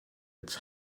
its